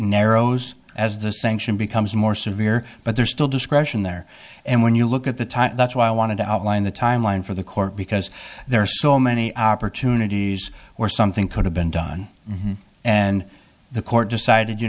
narrows as the sanction becomes more severe but there's still discretion there and when you look at the time that's why i wanted to outline the timeline for the court because there are so many opportunities where something could have been done and the court decided you